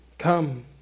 Come